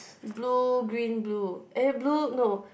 blue green blue eh blue no